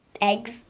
Eggs